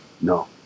No